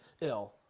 ill